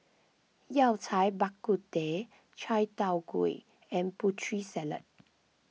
Yao Cai Bak Kut Teh Chai Tow Kway and Putri Salad